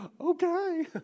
okay